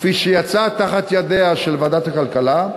כפי שיצא מתחת ידיה של ועדת הכלכלה,